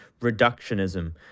reductionism